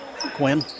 Quinn